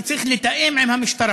כי צריך לתאם עם המשטרה.